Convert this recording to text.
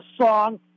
song